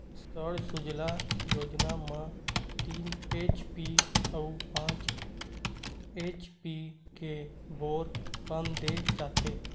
सौर सूजला योजना म तीन एच.पी अउ पाँच एच.पी के बोर पंप दे जाथेय